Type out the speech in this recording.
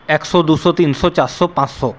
একশো দুশো তিনশো চারশো পাঁচশো